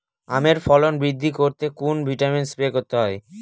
আমের ফলন বৃদ্ধি করতে কোন ভিটামিন স্প্রে করতে হয়?